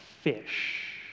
fish